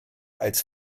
als